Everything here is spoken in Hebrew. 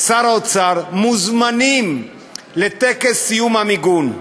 שר האוצר, מוזמנים לטקס סיום המיגון.